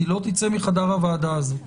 היא לא תצא מחדר הוועדה הזאת.